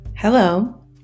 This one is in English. Hello